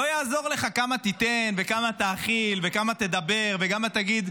לא יעזור כמה תיתן וכמה תאכיל וכמה תדבר וכמה תגיד,